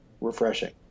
refreshing